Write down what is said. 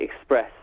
express